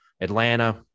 atlanta